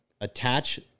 attach